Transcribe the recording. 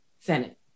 Senate